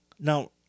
Now